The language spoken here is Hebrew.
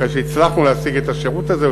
אחרי שהצלחנו להשיג את השירות הזה,